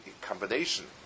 combination